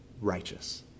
righteous